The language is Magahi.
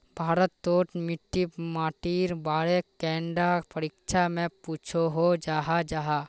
भारत तोत मिट्टी माटिर बारे कैडा परीक्षा में पुछोहो जाहा जाहा?